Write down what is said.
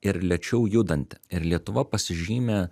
ir lėčiau judanti ir lietuva pasižymi